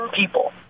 people